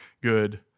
good